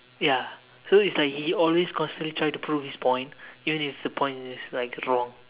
ya so it's like he always constantly try to prove his point even if the point is like wrong